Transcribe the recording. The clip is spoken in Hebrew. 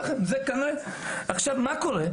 מה קורה?